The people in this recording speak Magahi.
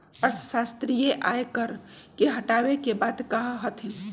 अर्थशास्त्री आय कर के हटावे के बात कहा हथिन